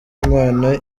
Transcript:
imana